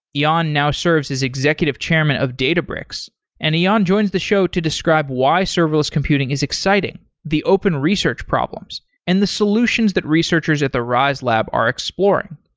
yeah ion now serves as executive chairman of databricks and ion joins the show to describe why serverless computing is exciting, the open research problems and the solutions that researchers at the riselab are exploring.